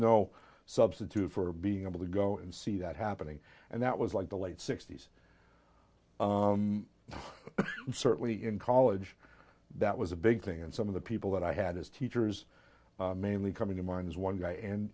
no substitute for being able to go and see that happening and that was like the late sixty's certainly in college that was a big thing and some of the people that i had as teachers mainly coming to mind as one guy and